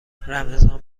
رمضان